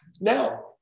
Now